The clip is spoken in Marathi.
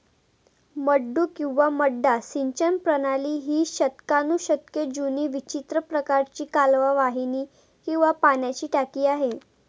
मड्डू किंवा मड्डा सिंचन प्रणाली ही शतकानुशतके जुनी विचित्र प्रकारची कालवा वाहिनी किंवा पाण्याची टाकी आहे